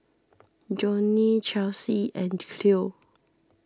Jonnie Chelsie and